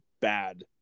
bad